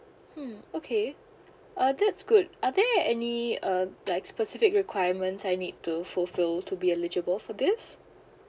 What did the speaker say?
hmm okay uh that's good are there any uh like specific requirements I need to fulfill to be eligible for this